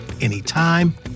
anytime